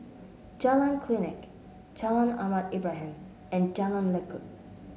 Jalan Klinik Jalan Ahmad Ibrahim and Jalan Lekub